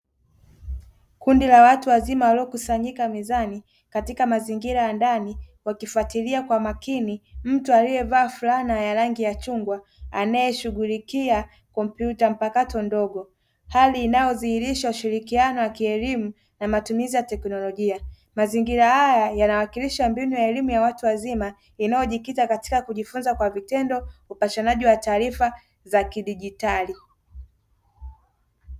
Kundi la watu wazima waliokusanyika mezani katika mazingira ya ndani wakifatilia kwa makini mtu aliyevaa flana ya rangi ya chungwa anayeshughulikia kompyuta mpakato ndogo, hali inayodhihirisha ushirikiano wa kielimu na matumizi ya teknolojia. Mazingira haya yanawakilisha mbinu ya elimu ya watu wazima inayojikita katika kujifunza kwa vitendo, upashanaji wa taarifa za kidigitali